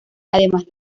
además